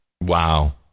Wow